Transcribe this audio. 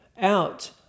out